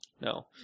no